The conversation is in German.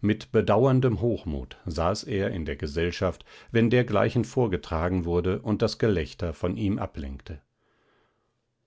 mit bedauerndem hochmut saß er in der gesellschaft wenn dergleichen vorgetragen wurde und das gelächter von ihm ablenkte